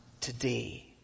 today